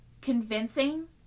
convincing